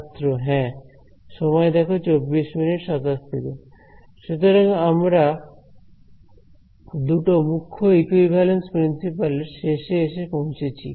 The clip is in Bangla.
ছাত্র হ্যাঁ সুতরাং আমরা দুটো মুখ্য ইকুইভ্যালেন্স প্রিন্সিপাল এর শেষে এসে পৌঁছেছি